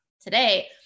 today